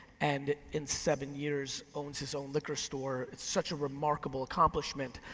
and in seven years owns his own liquor store. it's such a remarkable accomplishment.